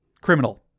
criminal